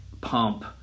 pump